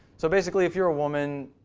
so basically if you're a woman,